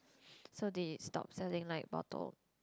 so they stop selling like bottle